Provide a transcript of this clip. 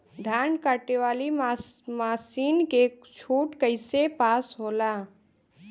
धान कांटेवाली मासिन के छूट कईसे पास होला?